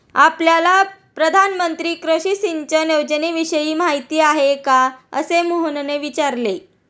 आपल्याला प्रधानमंत्री कृषी सिंचन योजनेविषयी माहिती आहे का? असे मोहनने विचारले